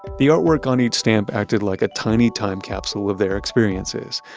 the artwork on each stamp acted like a tiny time capsule of their experiences.